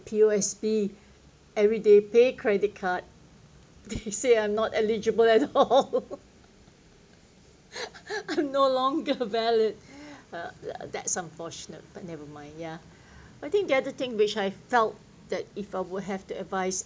P_O_S_B everyday pay credit card they say I'm not eligible at all I'm no longer valid uh that's unfortunate but never mind yeah I think the other thing which I felt that if I would have to advise